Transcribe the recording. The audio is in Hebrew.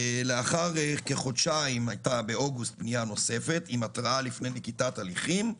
לאחר כחודשיים היתה באוגוסט פנייה נוספת עם התרעה לפני נקיטת הליכים.